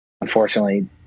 unfortunately